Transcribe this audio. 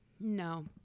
No